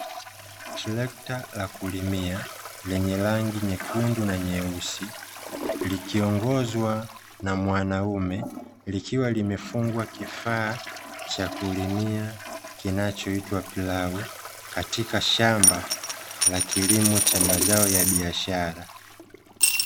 Trekta la kulimia, lenye rangi nyekundu na nyeusi, likiongozwa na mwanaume, likiwa limefungwa kifaa cha kulimia kinachoitwa plau katika shamba la kilimo cha mazao ya biashara.